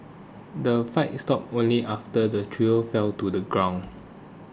the fight stopped only after the trio fell to the ground